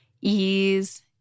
ease